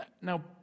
Now